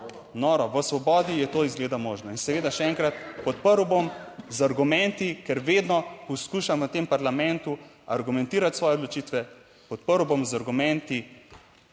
v Svobodi je to izgleda možno. In seveda še enkrat, podprl bom z argumenti, ker vedno poskušam v tem parlamentu argumentirati svoje odločitve. Podprl bom z argumenti